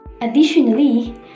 Additionally